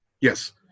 Yes